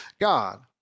God